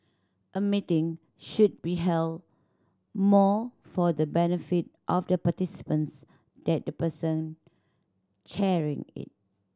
a meeting should be held more for the benefit of the participants than the person chairing it